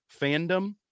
fandom